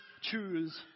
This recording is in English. choose